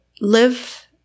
live